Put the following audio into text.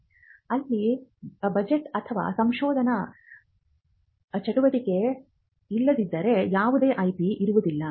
ಆದ್ದರಿಂದ ಅಲ್ಲಿ ಬಜೆಟ್ ಅಥವಾ ಸಂಶೋಧನಾ ಚಟುವಟಿಕೆ ಇಲ್ಲದಿದ್ದರೆ ಯಾವುದೇ ಐಪಿ ಇರುವುದಿಲ್ಲ